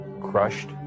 crushed